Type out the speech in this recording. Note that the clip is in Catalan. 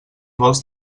vols